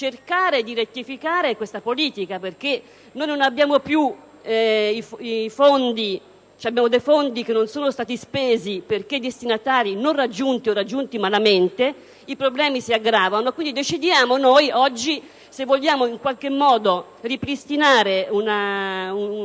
cercare di rettificare questa politica perché, se non abbiamo più dei fondi, abbiamo dei fondi che non sono stati spesi perché i destinatari non sono stati raggiunti o lo sono stati malamente, i problemi si aggravano. Quindi decidiamo oggi se vogliamo ripristinare un